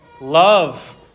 love